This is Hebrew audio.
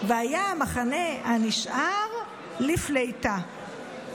והיה המחנה הנשאר לפליטה.